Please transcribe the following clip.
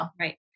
Right